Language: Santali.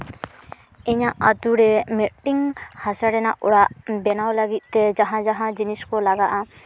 ᱤᱧᱟᱹᱜ ᱟᱹᱛᱩ ᱨᱮ ᱢᱤᱫᱴᱮᱱ ᱦᱟᱥᱟ ᱨᱮᱱᱟᱜ ᱚᱲᱟᱜ ᱵᱮᱱᱟᱣ ᱞᱟᱹᱜᱤᱫ ᱛᱮ ᱡᱟᱦᱟᱸᱼᱡᱟᱦᱟᱸ ᱡᱤᱱᱤᱥ ᱠᱚ ᱞᱟᱜᱟᱜᱼᱟ